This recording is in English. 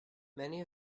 many